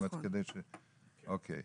אוקיי.